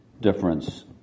difference